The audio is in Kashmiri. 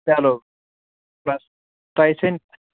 چلو بس تۄہہِ ژھیٚنہِ